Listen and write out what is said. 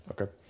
Okay